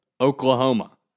Oklahoma